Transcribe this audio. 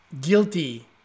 guilty